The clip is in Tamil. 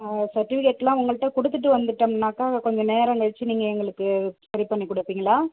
சர்ட்டிபிக்கேட்லாம் உங்கள்ட்ட கொடுத்துட்டு வந்துட்டோம்னாக்கா அதை கொஞ்சம் நேரங்கழிச்சி நீங்கள் எங்களுக்கு சரி பண்ணி கொடுப்பீங்களா